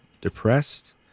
depressed